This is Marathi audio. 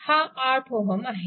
हा 8 Ω आहे